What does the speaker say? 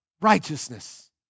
righteousness